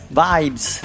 vibes